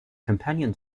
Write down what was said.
companion